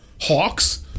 Hawks